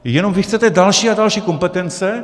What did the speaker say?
Jenom vy chcete další a další kompetence.